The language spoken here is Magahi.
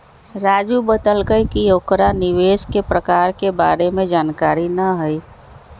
राजू बतलकई कि ओकरा निवेश के प्रकार के बारे में जानकारी न हई